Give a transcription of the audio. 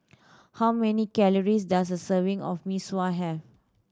how many calories does a serving of Mee Sua have